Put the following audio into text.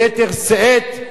ביתר שאת,